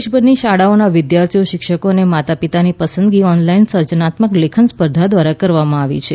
દેશભરની શાળાઓના વિદ્યાર્થીઓ શિક્ષકો અને માતા પિતાની પસંદગી ઓનલાઇન સર્જનાત્મક લેખન સ્પર્ધા દ્વારા કરવામાં આવી છે